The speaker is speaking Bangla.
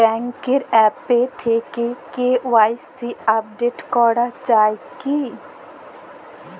ব্যাঙ্কের আ্যপ থেকে কে.ওয়াই.সি আপডেট করা যায় কি?